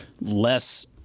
less